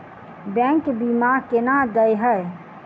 Bank बीमा केना देय है?